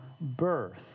birth